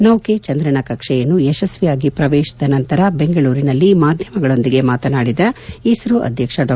ನೌಕೆ ಚಂದ್ರನ ಕಕ್ಷೆಯನ್ನು ಯಶಸ್ವಿಯಾಗಿ ಪ್ರವೇಶಿಸಿದ ನಂತರ ಬೆಂಗಳೂರಿನಲ್ಲಿ ಮಾಧ್ಯಮಗಳೊಂದಿಗೆ ಮಾತನಾಡಿದ ಇಸ್ತೋ ಅಧ್ಯಕ್ಷ ಡಾ